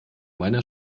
meiner